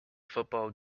football